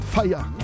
Fire